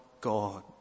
God